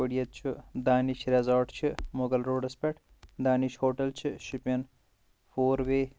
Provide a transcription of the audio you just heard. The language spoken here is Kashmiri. یِتھ پٲٹھۍ ییٚتہِ چھُ دانش ریزوٹ چھِ مغل روڑس پٮ۪ٹھ دانش ہوٹل چھِ شُپیان فور وے